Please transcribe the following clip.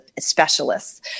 specialists